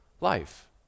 life